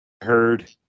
heard